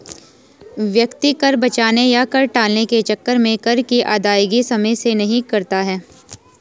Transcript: व्यक्ति कर बचाने या कर टालने के चक्कर में कर की अदायगी समय से नहीं करता है